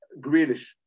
Grealish